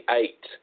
eight